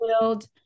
build